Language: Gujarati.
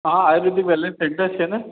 હા આયુર્વેદિક વૅલનેસ સૅન્ટર છે ને